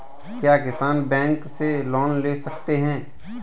क्या किसान बैंक से लोन ले सकते हैं?